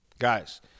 Guys